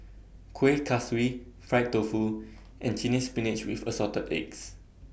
Kuih Kaswi Fried Tofu and Chinese Spinach with Assorted Eggs